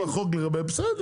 מה שכתוב בחוק לגבי, בסדר.